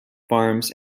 farms